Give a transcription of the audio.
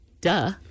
Duh